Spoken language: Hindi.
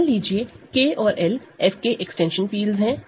मान लीजिए K और L F के एक्सटेंशन फील्डस हैं